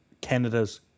canada's